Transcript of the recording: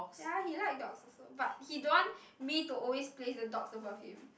ya he likes dog also but he don't want me to always place the dogs above him